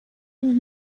dix